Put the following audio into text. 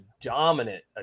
dominant